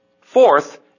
Fourth